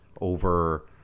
over